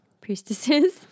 priestesses